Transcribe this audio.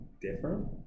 different